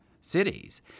cities